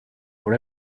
for